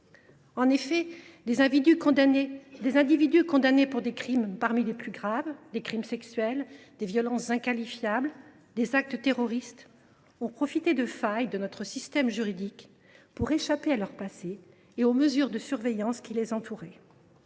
En effet, des individus condamnés pour des crimes parmi les plus graves – des crimes sexuels, des violences inqualifiables, des actes terroristes – ont profité de failles de notre système juridique pour échapper à leur passé et aux mesures de surveillance qui les entouraient.